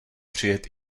přijet